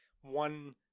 one